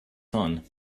son